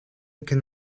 can